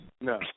No